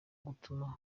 gutuma